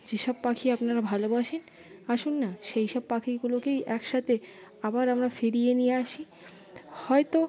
যেসব পাখি আপনারা ভালোবাসেন আসুন না সেই সব পাখিগুলোকেই একসাথে আবার আমরা ফিরিয়ে নিয়ে আসি হয়তো